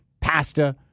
pasta